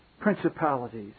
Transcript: principalities